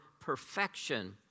perfection